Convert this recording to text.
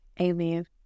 amen